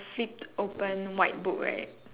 seat open white book right